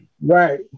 Right